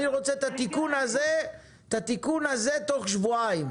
אני רוצה את התיקון הזה תוך שבועיים,